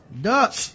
Duck